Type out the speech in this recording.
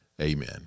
Amen